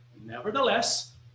Nevertheless